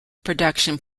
production